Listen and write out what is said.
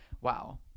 Wow